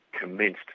commenced